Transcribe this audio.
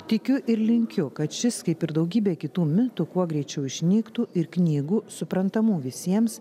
tikiu ir linkiu kad šis kaip ir daugybė kitų mitų kuo greičiau išnyktų ir knygų suprantamų visiems